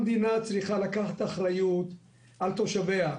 המדינה צריכה לקחת אחריות על תושביה.